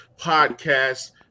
Podcast